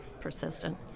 persistent